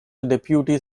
deputy